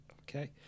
Okay